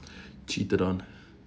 cheated on